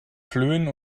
flöhen